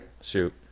Shoot